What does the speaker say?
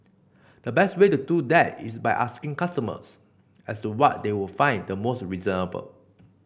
the best way to do that is by asking customers as to what they would find the most reasonable